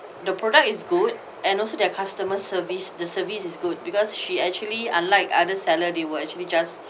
the product is good and also their customer service the service is good because she actually unlike other seller they were actually just